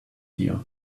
here